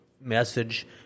message